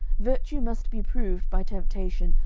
virtue must be proved by temptation,